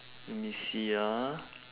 let me see ah